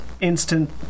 instant